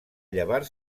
llevar